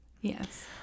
Yes